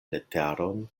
leteron